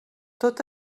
tot